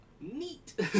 Neat